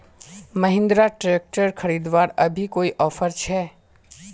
Mahindra tractor खरीदवार अभी कोई ऑफर छे?